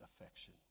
affection